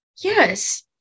Yes